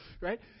right